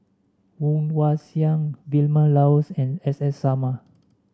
Woon Wah Siang Vilma Laus and S S Sarma